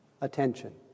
attention